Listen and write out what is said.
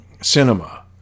cinema